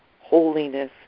holiness